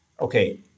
okay